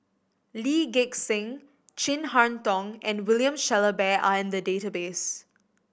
Lee Gek Seng Chin Harn Tong and William Shellabear are in the database